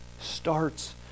starts